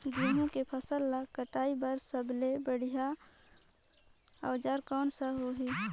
गहूं के फसल ला कटाई बार सबले बढ़िया औजार कोन सा होही?